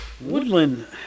Woodland